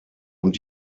und